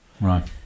right